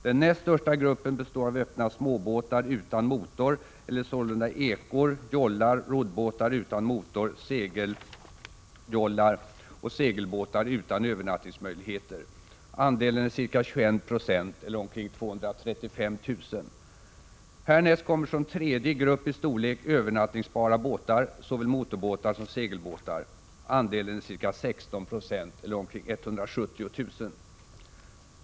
Den näst största gruppen består av öppna småbåtar utan motor eller sålunda ekor, jollar, roddbåtar utan motor, segeljollar och segelbåtar utan övernattningsmöjligheter. Andelen är ca 21 96 eller omkring 235 000. Härnäst kommer som tredje grupp i storlek övernattningsbara båtar, såväl motorbåtar som segelbåtar. Andelen är ca 16 96 eller omkring 170 000.